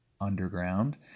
underground